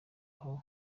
aho